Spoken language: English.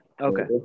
Okay